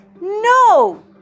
No